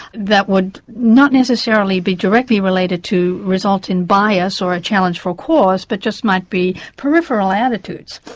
that would not necessarily be directly related to resulting bias, or a challenge for a cause, but just might be peripheral attitudes.